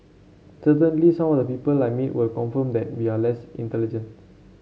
certainly some of the people I meet will confirm that we are less intelligent